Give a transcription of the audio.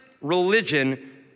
religion